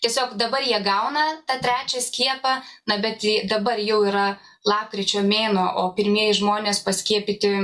tiesiog dabar jie gauna tą trečią skiepą na bet dabar jau yra lapkričio mėnuo o pirmieji žmonės paskiepyti